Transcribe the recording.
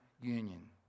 union